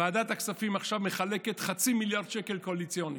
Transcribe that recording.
ועדת הכספים עכשיו מחלקת חצי מיליארד שקל קואליציוני.